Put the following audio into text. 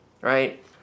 right